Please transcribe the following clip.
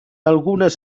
algunes